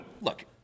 look